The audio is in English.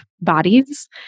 bodies